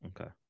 Okay